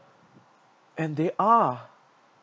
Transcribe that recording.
and they are